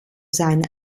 seine